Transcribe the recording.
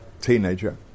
teenager